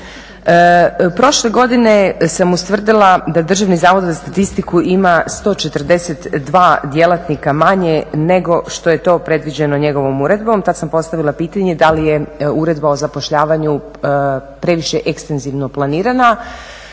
Prošle godine sam ustvrdila da Državni zavod za statistiku ima 142 djelatnika manje nego što je to predviđeno njegovom uredbom, tad sam postavila pitanje da li je uredba o zapošljavanju previše ekstenzivno planirana.